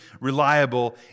reliable